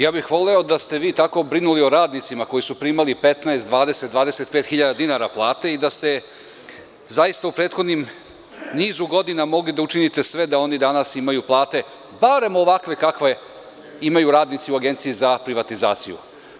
Ja bih voleo da ste vi tako brinuli o radnicima koji su primali 15, 20 ili 25.000 dinara platu i da ste zaista u prethodnom nizu godina mogli da učinite sve da oni danas imaju, barem ovakve kakve imaju radnici u Agenciji za privatizaciju.